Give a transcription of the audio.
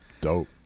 Dope